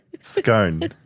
scone